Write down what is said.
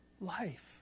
life